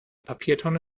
papiertonne